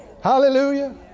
hallelujah